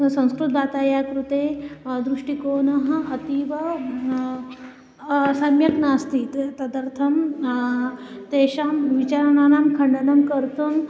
संस्कृतभाषायाः कृते दृष्टिकोनः अतीव सम्यक् नास्ति तदर्थं तेषां विचाराणां खण्डनं कर्तुम्